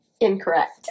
Incorrect